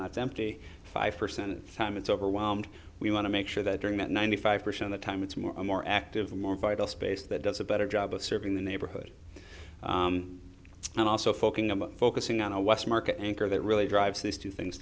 lots empty five percent time it's overwhelmed we want to make sure that during that ninety five percent of the time it's more a more active more viable space that does a better job of serving the neighborhood and also focus focusing on a west market anchor that really drives these two things